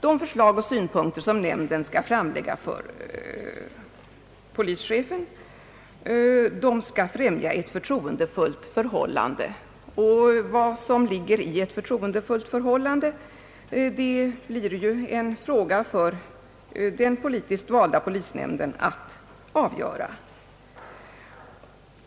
De förslag och synpunkter nämnden skall framlägga för polischefen skall »främja ett förtroendefullt förhållande». Vad som menas med »ett förtroendefullt förhållande» blir ju en fråga för den politiskt valda polisnämnden att avgöra.